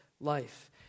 life